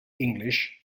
english